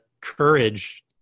courage